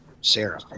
Sarah